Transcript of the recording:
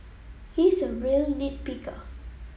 he is a real nit picker